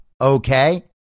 Okay